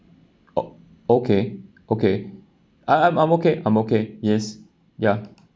o~ okay okay I~ I'm I'm okay I'm okay yes ya